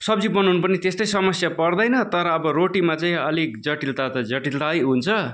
सब्जी बनाउनु पनि त्यस्तै समस्या पर्दैन तर अब रोटीमा चाहिँ अलिक जटिलता त जटिलतै हुन्छ